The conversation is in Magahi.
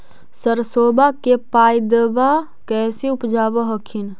सरसोबा के पायदबा कैसे उपजाब हखिन?